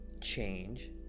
change